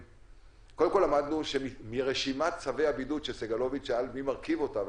קודם כול למדנו שמרשימת צווי הבידוד שסגלוביץ' שאל מי מרכיב אותה,